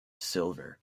silver